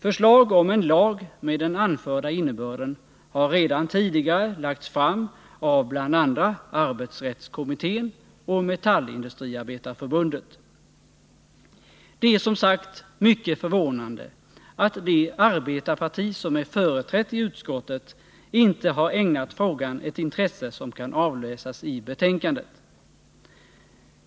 Förslag om en lag med den anförda innebörden har redan tidigare lagts fram av bl.a. arbetsrättskommittén och Metallindustriarbetareförbundet. Det är som sagt mycket förvånande att det arbetarparti som är företrätt i utskottet inte har ägnat frågan ett intresse som kan avläsas i betänkandet.